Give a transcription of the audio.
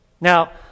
Now